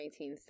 1970